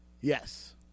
yes